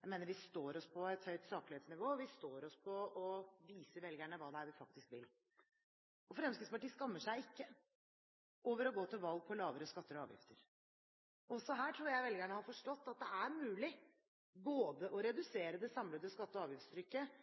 Jeg mener vi står oss på et høyt saklighetsnivå, og vi står oss på å vise velgerne hva det er vi faktisk vil. Fremskrittspartiet skammer seg ikke over å gå til valg på lavere skatter og avgifter. Også her tror jeg velgerne har forstått at det er mulig både å redusere det samlede skatte- og avgiftstrykket